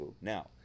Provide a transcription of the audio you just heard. Now